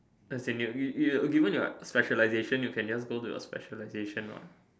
as if you you you given your specialization you can just go to your specialization what